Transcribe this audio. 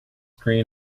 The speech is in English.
green